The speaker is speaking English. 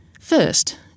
First